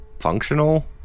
functional